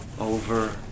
over